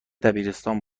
دبیرستان